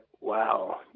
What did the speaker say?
wow